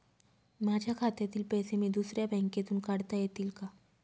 माझ्या खात्यातील पैसे मी दुसऱ्या बँकेतून काढता येतील का?